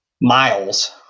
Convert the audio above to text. miles